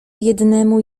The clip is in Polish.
jednemu